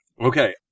Okay